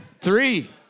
Three